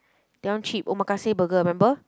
that one cheap Omakase burger remember